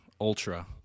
Ultra